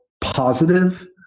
positive